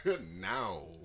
Now